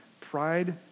pride